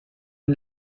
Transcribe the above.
den